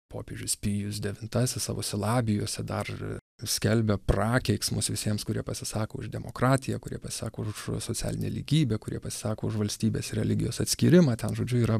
popiežius pijus devintasis savo silabijose dar skelbia prakeiksmus visiems kurie pasisako už demokratiją kurie pasisako už socialinę lygybę kurie pasisako už valstybės ir religijos atskyrimą ten žodžiu yra